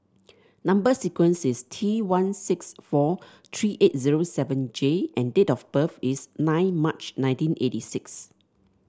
number sequence is T one six four three eight zero seven J and date of birth is nine March nineteen eighty six